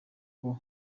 nko